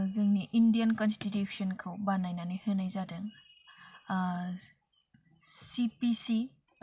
जोंनि इन्डियान कनस्टिटिउसनखौ बानायनानै होनाय जादों सि पि सि